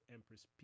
Empress